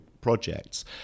projects